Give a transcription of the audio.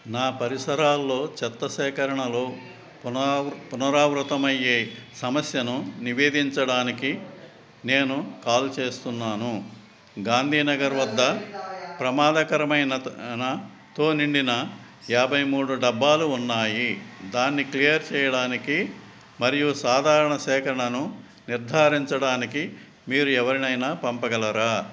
నా పరిసరాల్లో చెత్త సేకరణలో పునరావృతమయ్యే సమస్యను నివేదించడానికి నేను కాల్ చేస్తున్నాను గాంధీ నగర్ వద్ద ప్రమాదకరమైనతో నిండిన యాభై మూడు డబ్బాలు ఉన్నాయి దాన్ని క్లియర్ చేయడానికి మరియు సాధారణ సేకరణను నిర్ధారించడానికి మీరు ఎవరినైనా పంపగలరా